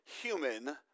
human